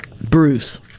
Bruce